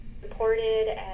supported